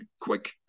quick